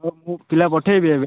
ହଁ ମୁଁ ପିଲା ପଠାଇବି ଏବେ